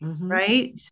Right